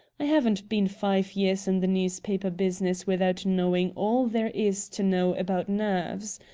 i haven't been five years in the newspaper business without knowing all there is to know about nerves.